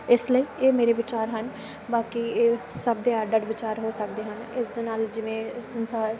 ਇਸ ਲਈ ਇਹ ਮੇਰੇ ਵਿਚਾਰ ਹਨ ਬਾਕੀ ਇਹ ਸਭ ਦੇ ਅੱਡ ਅੱਡ ਵਿਚਾਰ ਹੋ ਸਕਦੇ ਹਨ ਇਸ ਦੇ ਨਾਲ ਜਿਵੇਂ ਸੰਸਾਰ